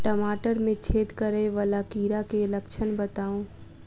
टमाटर मे छेद करै वला कीड़ा केँ लक्षण बताउ?